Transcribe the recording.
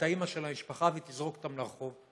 האימא של המשפחה ותזרוק אותם לרחוב,